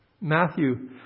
Matthew